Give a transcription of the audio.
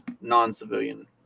non-civilian